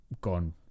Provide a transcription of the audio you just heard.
gone